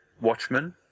Watchmen